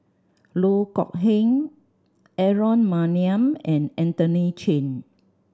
Loh Kok Heng Aaron Maniam and Anthony Chen